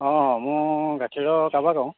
অঁ মোৰ গাখীৰৰ কাৰবাৰ কৰোঁ